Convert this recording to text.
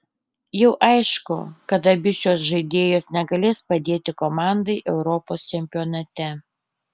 jau aišku kad abi šios žaidėjos negalės padėti komandai europos čempionate